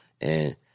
And-